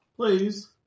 Please